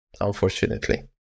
unfortunately